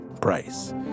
price